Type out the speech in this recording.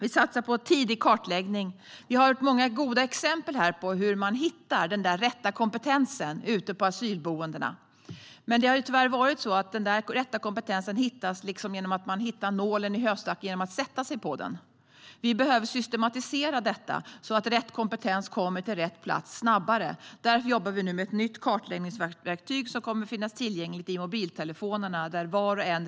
Vi satsar på en tidig kartläggning. Det finns många goda exempel på hur man hittar den rätta kompetensen ute på asylboendena. Tyvärr har den rätta kompetensen hittats ungefär som att man hittar en nål i höstack genom att sätta sig på den. Detta behöver systematiseras så att rätt kompetens kommer till rätt plats snabbare. Därför jobbar vi nu med ett nytt kartläggningsverktyg som kommer att finnas tillgängligt i mobiltelefoner.